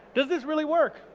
does this really work?